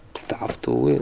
stuff too,